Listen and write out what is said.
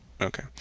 Okay